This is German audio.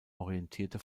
orientierte